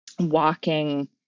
walking